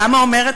למה?